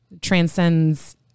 transcends